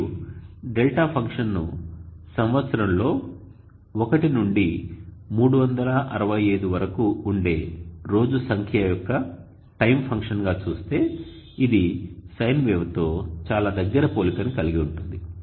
మీరు δ ఫంక్షన్ను సంవత్సరంలో 1 నుండి 365 వరకు ఉండే రోజు సంఖ్య యొక్క టైమ్ ఫంక్షన్గా చూస్తే ఇది సైన్ వేవ్తో చాలా దగ్గర పోలికను కలిగి ఉంటుంది